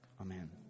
Amen